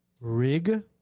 rig